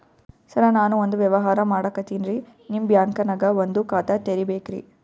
ಸರ ನಾನು ಒಂದು ವ್ಯವಹಾರ ಮಾಡಕತಿನ್ರಿ, ನಿಮ್ ಬ್ಯಾಂಕನಗ ಒಂದು ಖಾತ ತೆರಿಬೇಕ್ರಿ?